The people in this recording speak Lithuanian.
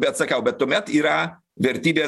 bet sakau bet tuomet yra vertybė